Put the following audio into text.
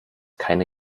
keine